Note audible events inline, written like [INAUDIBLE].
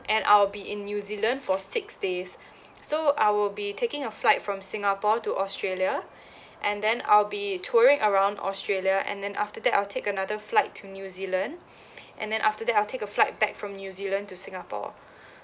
and I'll be in new zealand for six days so I will be taking a flight from singapore to australia and then I'll be touring around australia and then after that I'll take another flight to new zealand [BREATH] and then after that I'll take a flight back from new zealand to singapore [BREATH]